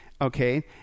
okay